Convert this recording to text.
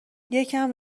یکم